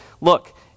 look